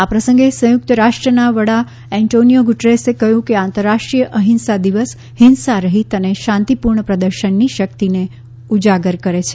આ પ્રસંગે સંયુક્ત રાષ્ટ્રના વડા એન્ટોનિયો ગુટરેસે કહ્યું કે આંતરરાષ્ટ્રીય અહિંસા દિવસ હિંસા રહિત અને શાંતિપૂર્ણ પ્રદર્શનની શક્તિને ઉજાગર કરે છે